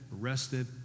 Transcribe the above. arrested